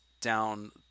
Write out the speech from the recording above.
down